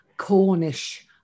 Cornish